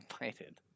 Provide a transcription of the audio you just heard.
invited